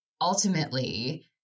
ultimately